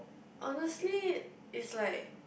honestly is like